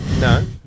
No